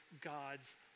God's